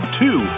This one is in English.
two